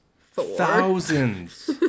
Thousands